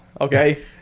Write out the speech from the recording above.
Okay